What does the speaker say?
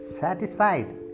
satisfied